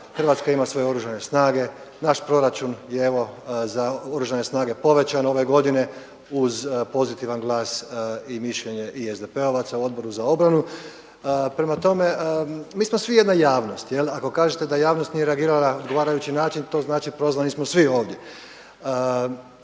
Hrvatska ima svoje oružane snage. Naš proračun je evo za oružane snage povećan ove godine uz pozitivan glas i mišljenje i SDP-ovaca u Odboru za obranu. Prema tome, mi smo svi jedna javnost, ako kažete da javnost nije reagirala na odgovarajući način to znači prozvani smo svi ovdje.